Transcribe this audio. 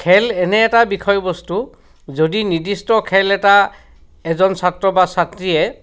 খেল এনে এটা বিষয়বস্তু যদি নিৰ্দিষ্ট খেল এটা এজন ছাত্ৰ বা ছাত্ৰীয়ে